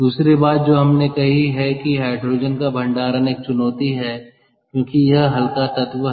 दूसरी बात जो हमने कही है कि हाइड्रोजन का भंडारण एक चुनौती है क्योंकि यह हल्का तत्व है